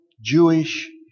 Jewish